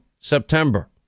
September